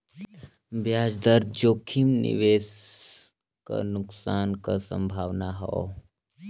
ब्याज दर जोखिम निवेश क नुकसान क संभावना हौ